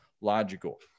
logical